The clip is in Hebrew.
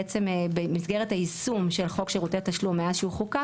שבעצם במסגרת היישום של חוק שירותי התשלום מאז שהוא חוקק,